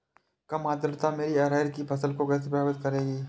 कम आर्द्रता मेरी अरहर की फसल को कैसे प्रभावित करेगी?